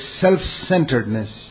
self-centeredness